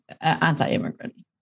anti-immigrant